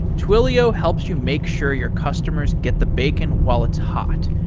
twilio helps you make sure your customers get the bacon while it's hot.